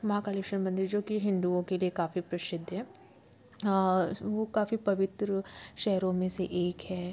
महाकालेश्वर मंदिर जो कि हिन्दुओं के लिए काफी प्रसिद्ध है और वो काफ़ी पवित्र शहरों में से एक है